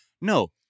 No